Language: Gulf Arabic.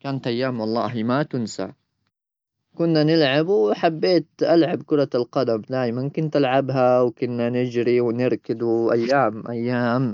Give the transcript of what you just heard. كانت أيام والله ما تنسى. كنا نلعب وحبيت ألعب كرة القدم، دايما كنت ألعبها، وكنا نجري ونركض، وأيام، أيام.